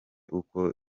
uko